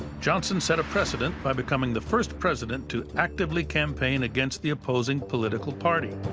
johnson set a precedent by becoming the first president to actively campaign against the opposing political party.